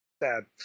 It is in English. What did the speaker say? bad